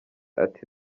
ati